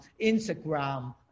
Instagram